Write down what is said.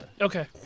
Okay